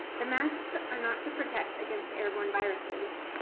the masks are not to protect against airborne viruses.